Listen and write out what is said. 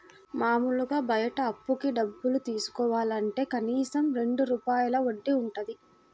మాములుగా బయట అప్పుకి డబ్బులు తీసుకోవాలంటే కనీసం రెండు రూపాయల వడ్డీ వుంటది